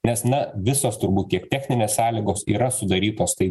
nes na visos turbūt kiek techninės sąlygos yra sudarytos tai